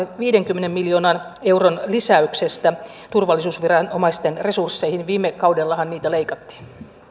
viidenkymmenen miljoonan euron lisäyksestä turvallisuusviranomaisten resursseihin viime kaudellahan niitä leikattiin